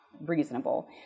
reasonable